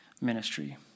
ministry